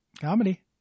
Comedy